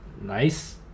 nice